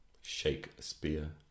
Shakespeare